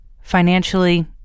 Financially